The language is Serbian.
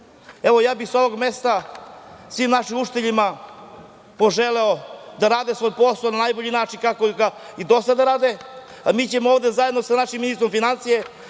Evo, ja bih sa ovog mesta svim našim učiteljima poželeo da rade svoj posao na najbolji način, kao što ga i do sada rade, a mi ćemo ovde zajedno sa našim ministrom finansija,